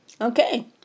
Okay